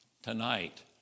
Tonight